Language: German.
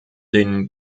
den